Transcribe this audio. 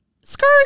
skirt